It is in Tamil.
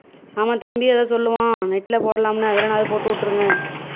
ஆமாம் தம்பி ஏதாே சொல்லுவான் நெட்டில் போடலாம்னு அதனால் அதில் போட்டு விட்ருங்க